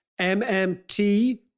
MMT